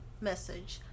message